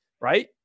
Right